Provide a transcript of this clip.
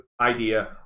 idea